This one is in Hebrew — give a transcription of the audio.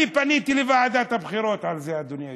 אני פניתי לוועדת הבחירות על זה, אדוני היושב-ראש,